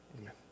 Amen